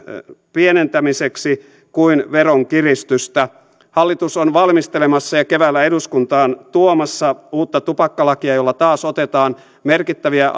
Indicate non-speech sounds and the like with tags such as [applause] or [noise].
pienentämiseksi kuin veronkiristystä hallitus on valmistelemassa ja keväällä eduskuntaan tuomassa uutta tupakkalakia jolla taas otetaan merkittäviä [unintelligible]